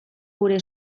gure